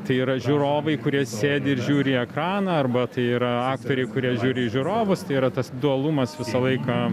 tai yra žiūrovai kurie sėdi ir žiūri į ekraną arba tai yra aktoriai kurie žiūri žiūrovus tai yra tas dualumas visą laiką